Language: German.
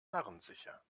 narrensicher